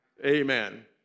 amen